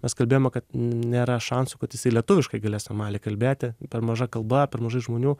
mes kalbėjome kad nėra šansų kad jisai lietuviškai galės normaliai kalbėti per maža kalba per mažai žmonių